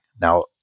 Now